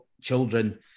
children